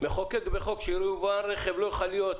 מחוקק בחוק שיבואן רכב לא יוכל להיות